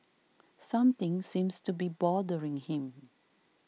something seems to be bothering him